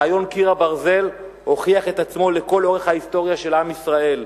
רעיון קיר הברזל הוכיח את עצמו לכל אורך ההיסטוריה של עם ישראל.